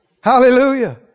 Hallelujah